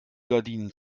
gardinen